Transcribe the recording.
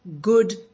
good